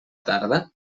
tarda